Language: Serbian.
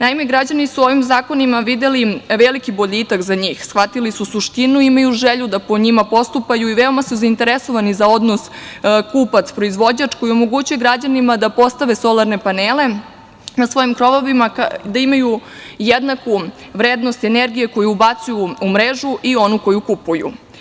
Naime, građani su u ovim zakonima videli veliki boljitak za njih, shvatili su suštinu, imaju želju da po njima postupaju i veoma su zainteresovani za odnos kupac-proizvođač, koji omogućuje građanima da postave solarne panele na svojim krovovima, da imaju jednaku vrednost energije koju ubacuju u mrežu i onu koju kupuju.